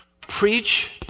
Preach